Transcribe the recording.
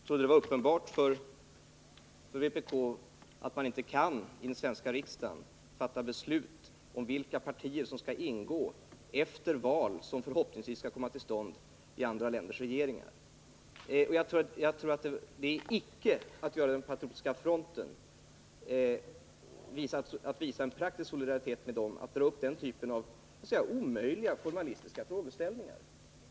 Fru talman! Jag trodde det var uppenbart för vpk att man inte i den svenska riksdagen kan fatta beslut om vilka partier som, efter val som förhoppningsvis kommer till stånd, skall ingå i andra länders regeringar. Jag tror faktiskt inte att det är att visa praktisk solidaritet med den Patriotiska fronten, att ta upp den typen av låt mig säga omöjliga, formalistiska frågeställningar.